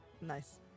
Nice